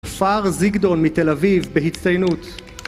פאר זיגדון מתל אביב בהצטיינות